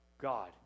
God